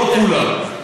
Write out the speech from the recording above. לא כולם.